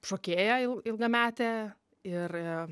šokėja il ilgametė ir